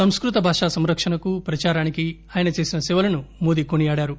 సంస్కృత భాషా సంరక్షణకు ప్రచారానికి ఆయన చేసిన సేవలను మోదీ కొనియాడారు